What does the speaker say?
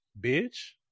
Bitch